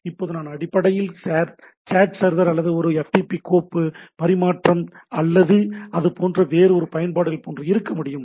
இப்போது நான் அடிப்படையில் சேட் சர்வர் அல்லது ஒரு FTP கோப்பு பரிமாற்றம் அல்லது அது போன்ற வேறு எந்த பயன்பாடுகள் போன்று பேச முடியும்